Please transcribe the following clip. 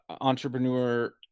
entrepreneur